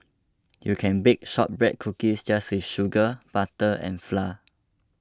you can bake Shortbread Cookies just with sugar butter and flour